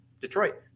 Detroit –